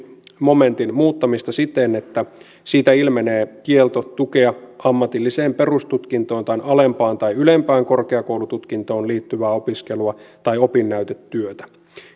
momentin muuttamista siten että siitä ilmenee kielto tukea ammatilliseen perustutkintoon tai alempaan tai ylempään korkeakoulututkintoon liittyvää opiskelua tai opinnäytetyötä